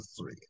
three